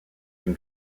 can